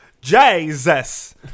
Jesus